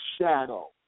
shadow